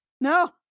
No